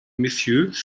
messieurs